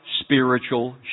spiritual